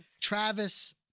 Travis